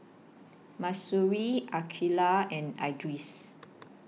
Mahsuri Aqeelah and Idris